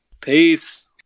Peace